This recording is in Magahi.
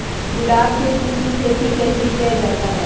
गुलाब के फूल की खेत कैसे किया जाता है?